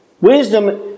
Wisdom